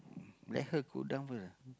let her go down first